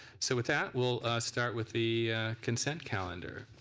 so with that we will start with the consent calendar.